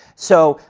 so,